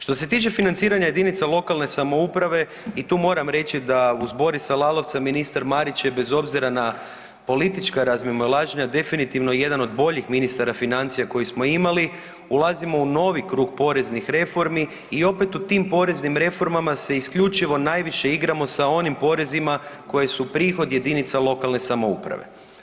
Što se tiče financiranja jedinica lokalne samouprave i tu moram reći da uz Borisa Lalovca ministar Marić je bez obzira na politička razmimoilaženja definitivno jedan od boljih ministara financija koje smo imali, ulazimo u novi krug poreznih reformi i opet u tim poreznim reformama se isključivo najviše igramo sa onim porezima koji su prihod jedinica lokalne samouprave.